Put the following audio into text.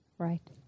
Right